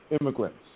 immigrants